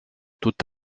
toute